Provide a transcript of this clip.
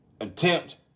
attempt